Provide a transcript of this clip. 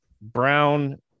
brown